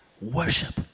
Worship